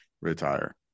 retire